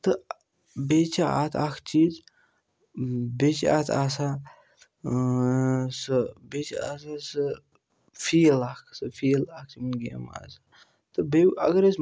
تہٕ بیٚیہِ چھ اتھ اکھ چیٖز بیٚیہِ چھ اتھ آسان سُہ بیٚیہِ چھُ اتھ آسان سُہ فیٖل اکھ تہٕ فیٖل اکھ گیمہِ منٛز تہٕ بیٚیہِ اَگَر